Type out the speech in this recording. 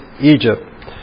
Egypt